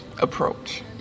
approach